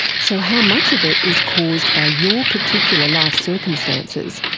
so, how much of it is caused by your particular life circumstances,